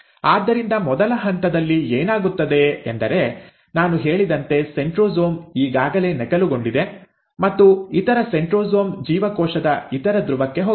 ಆದ್ದರಿಂದ ಮೊದಲ ಹಂತದಲ್ಲಿ ಏನಾಗುತ್ತದೆ ಎಂದರೆ ನಾನು ಹೇಳಿದಂತೆ ಸೆಂಟ್ರೊಸೋಮ್ ಈಗಾಗಲೇ ನಕಲುಗೊಂಡಿದೆ ಮತ್ತು ಇತರ ಸೆಂಟ್ರೊಸೋಮ್ ಜೀವಕೋಶದ ಇತರ ಧ್ರುವಕ್ಕೆ ಹೋಗಿದೆ